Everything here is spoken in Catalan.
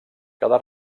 cada